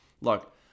Look